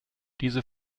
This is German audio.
diese